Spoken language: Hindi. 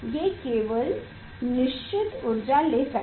ये केवल निश्चित ऊर्जा ले सकता है